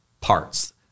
parts